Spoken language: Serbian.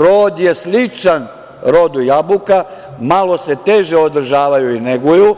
Rod je sličan rodu jabuka, malo se teže održavaju i neguju,